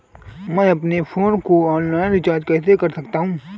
मैं अपने फोन को ऑनलाइन रीचार्ज कैसे कर सकता हूं?